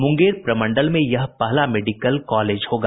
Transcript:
मुंगेर प्रमंडल में यह पहला मेडिकल कॉलेज होगा